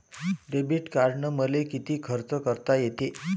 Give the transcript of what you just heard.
Debit कार्डानं मले किती खर्च करता येते?